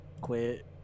quit